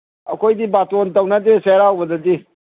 ꯑꯩꯈꯣꯏꯗꯤ ꯕꯥꯔꯇꯣꯟ ꯇꯧꯅꯗꯦ ꯆꯩꯔꯥꯎꯕꯗꯗꯤ